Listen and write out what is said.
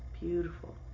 Beautiful